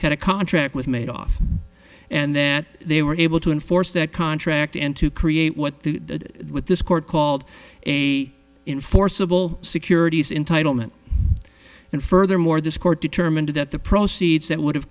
had a contract with made off and then they were able to enforce that contract and to create what that with this court called a enforceable securities in title meant and furthermore this court determined that the proceeds that would